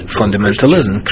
fundamentalism